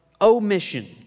omission